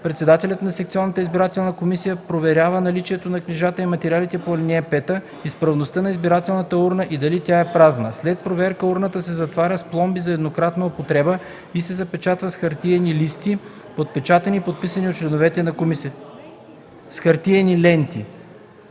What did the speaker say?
председателят на секционната избирателна комисия проверява наличието на книжата и материалите по ал. 5, изправността на избирателната урна и дали тя е празна. След проверката урната се затваря с пломби за еднократна употреба и се запечатва с хартиени ленти, подпечатани и подписани от членовете на комисията. При